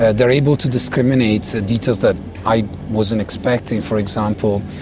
ah they are able to discriminate so details that i wasn't expecting. for example,